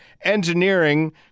engineering